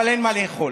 אבל אין מה לאכול.